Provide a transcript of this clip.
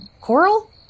coral